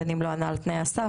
בין אם לא ענה על תנאי הסף,